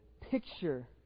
picture